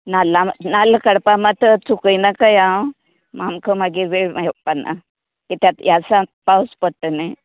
नल्ला नाल्ल काडपा मात चुकय नाकाय आं आमकां मागीर वेळ मेळपाना कित्याक ह्या दिसा पावस पडटा न्ही